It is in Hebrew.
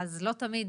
אז לא תמיד,